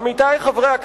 עמיתי חברי הכנסת,